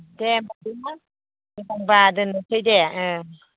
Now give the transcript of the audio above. दे होमबा मोजांबा दोननोसै दे ओह